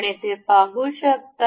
आपण येथे पाहू शकता